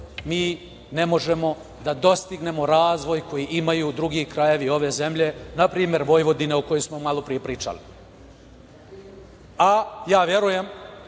mi ne možemo da dostignemo razvoj koji imaju drugi krajevi ove zemlje, na primer Vojvodina o kojoj smo malopre pričali. Verujem